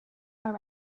are